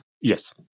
Yes